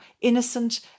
innocent